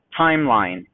timeline